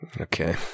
Okay